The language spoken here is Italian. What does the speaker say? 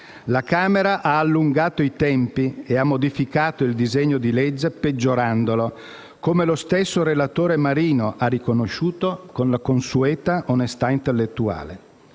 la Camera ha allungato i tempi e ha modificato il disegno di legge peggiorandolo, come lo stesso relatore Luigi Marino ha riconosciuto con la consueta onestà intellettuale.